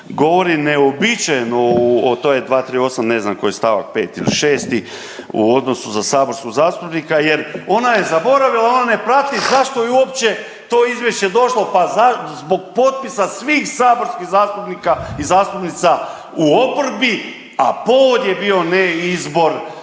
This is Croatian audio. govori neuobičajeno, to je 238. ne znam koji stavak 5. ili 6. u odnosu za saborskog zastupnika. Jer ona je zaboravila, ona ne prati zašto je to izvješće uopće došlo, pa zbog potpisa svih saborskih zastupnika i zastupnica u oporbi, a povod je bio neizbor glavne